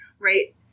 right